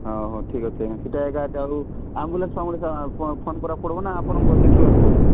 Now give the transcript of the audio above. ହଁ ହଁ ଠିକ ଅଛି ସେଇଟା ଏକା ଏଟା ଆଉ ଆମ୍ବୁଲାନ୍ସ୍ ଫାମ୍ବୁଲାନ୍ସ୍ ଫୋନ୍ ଫୋନ୍ କରିବାକୁ ପଡ଼ିବ ନା ଆପଣଙ୍କର ସେଠିରୁ ଆସିବ